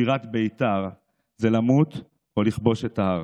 מבחינתי שירת בית"ר זה למות או לכבוש את ההר.